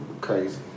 crazy